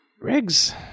Riggs